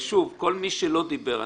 ושוב, כל מי שלא דיבר עדיין,